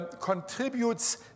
contributes